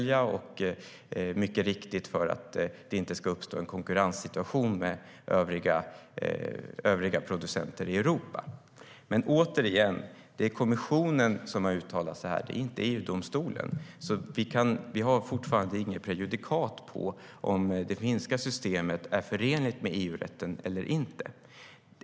Det handlar också, mycket riktigt, om att det inte ska uppstå en konkurrenssituation med övriga producenter i Europa.Återigen: Det är dock kommissionen som har uttalat sig här. Det är inte EU-domstolen. Vi har därför fortfarande inget prejudikat på om det finska systemet är förenligt med EU-rätten eller inte.